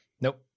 nope